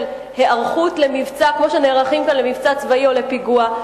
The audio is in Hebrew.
היערכות למבצע כמו שנערכים כאן למבצע צבאי או מול פיגוע.